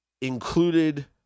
included